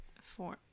four